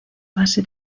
base